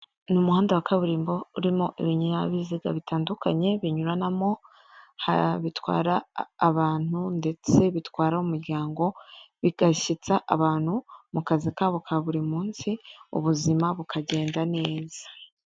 Ni umuhanda wa kaburimbo urimo ibinyabiziga bitandukanye binyuranamo. Bitwara abantu, ndetse bitwara umuryango bigashyitsa abantu mu kazi kabo ka buri munsi ubuzima bukagenda neza.